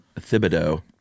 Thibodeau